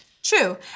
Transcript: True